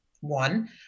One